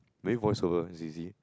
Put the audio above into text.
maybe voice over is easy